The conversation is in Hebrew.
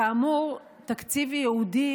כאמור, תקציב ייעודי